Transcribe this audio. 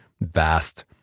vast